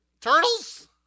turtles